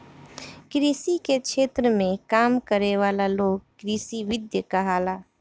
कृषि के क्षेत्र में काम करे वाला लोग कृषिविद कहाला